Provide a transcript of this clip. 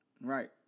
Right